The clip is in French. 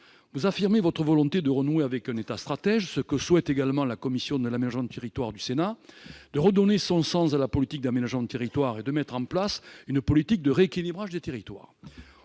Vous affirmez votre volonté de renouer avec un État stratège, ce que souhaite également la commission de l'aménagement du territoire et du développement durable du Sénat, de redonner son sens à la politique d'aménagement du territoire et de mettre en place une politique de rééquilibrage des territoires.